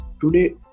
today